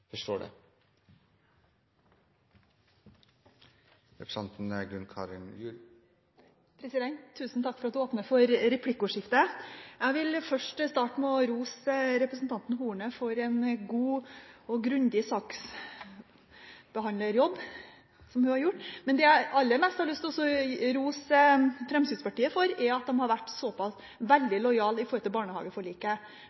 forstår det. Tusen takk for at presidenten åpner for replikkordskifte. Jeg vil først starte med å rose representanten Horne for at hun har gjort en god og grundig saksbehandlerjobb. Men det jeg aller mest har lyst til å rose Fremskrittspartiet for, er at de har vært